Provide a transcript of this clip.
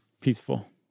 peaceful